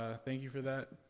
thank you for that.